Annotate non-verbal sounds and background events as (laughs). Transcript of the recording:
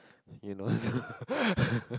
you know (laughs)